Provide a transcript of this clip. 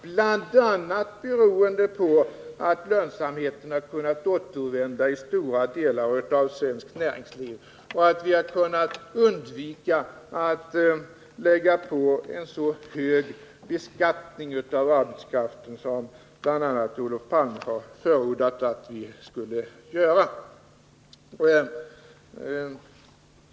Vändningen beror bl.a. på att lönsamheten har kunnat återvända i stora delar av svenskt näringsliv och på att vi kunnat undvika att lägga en så hög beskattning på arbetskraften som bl.a. Olof Palme förordat att vi skulle göra.